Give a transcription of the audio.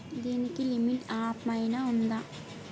దీనికి లిమిట్ ఆమైనా ఉందా?